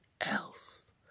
else